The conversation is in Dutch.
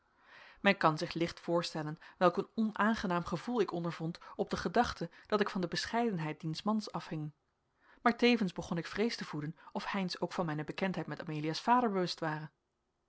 men kan zich licht voorstellen welk een onaangenaam gevoel ik ondervond op de gedachte dat ik van de bescheidenheid diens mans afhing maar tevens begon ik vrees te voeden of heynsz ook van mijne bekendheid met amelia's vader bewust ware